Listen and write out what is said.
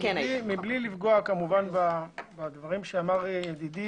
- מבלי לפגוע בדברים שאמר ידידי,